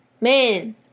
man